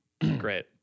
Great